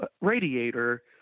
radiator